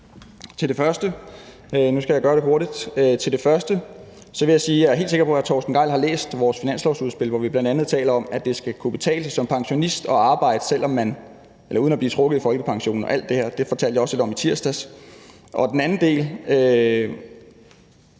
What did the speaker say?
skal jeg gøre det hurtigt, at jeg er helt sikker på, at hr. Torsten Gejl har læst vores finanslovsudspil, hvor vi bl.a. taler om, at det skal kunne betale sig som pensionist at arbejde, uden at man bliver trukket i folkepension. Alt det her fortalte jeg også lidt om i tirsdags. Til det andet vil